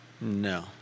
No